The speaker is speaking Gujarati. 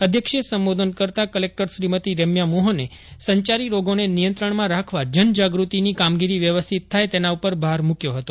અધ્યક્ષીય સંબોધન કરતાં કલેકટર શ્રીમતિ રેમ્યા મોહને સંચારી રોગોને નિયંત્રણમાં રાખવા જનજાગૃતિની કામગીરી વ્યવસ્થિત થાય તેના પર ભાર મૂકયો હતો